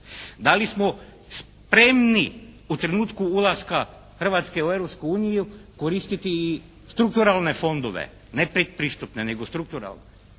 Da li smo spremni u trenutku ulaska Hrvatske u Europsku uniju koristiti i strukturalne fondova ne pretpristupne nego strukturalne?